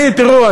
תראו,